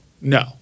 No